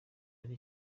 hari